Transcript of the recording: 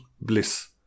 bliss